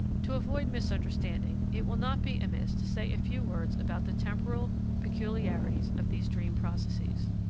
to avoid misunderstanding, it will not be amiss to say a few words about the temporal peculiarities of these dream processes.